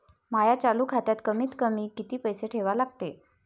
माया चालू खात्यात कमीत कमी किती पैसे ठेवा लागते?